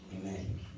Amen